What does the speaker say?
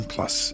Plus